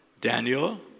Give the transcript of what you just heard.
Daniel